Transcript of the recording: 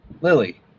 Lily